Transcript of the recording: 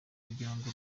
ugirango